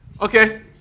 Okay